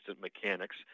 mechanics